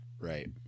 right